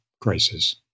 crisis